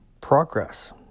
progress